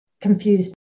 confused